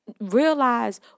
realize